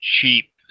cheap